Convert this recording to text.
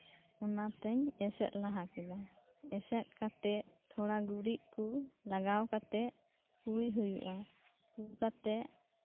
ᱚᱱᱟᱛᱤᱧ ᱮᱥᱮᱫ ᱞᱟᱦᱟ ᱠᱮᱫᱟ ᱮᱥᱮᱫ ᱠᱟᱛᱮᱜ ᱛᱷᱚᱲᱟ ᱜᱩᱨᱤᱡ ᱠᱚ ᱞᱟᱜᱟᱣ ᱠᱟᱛᱮᱜ ᱯᱩᱭ ᱦᱩᱭᱩᱜᱼᱟ ᱯᱩ ᱠᱟᱛᱮᱜ